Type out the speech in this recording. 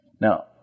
Now